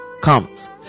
comes